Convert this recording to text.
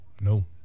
No